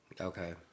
Okay